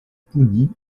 pougny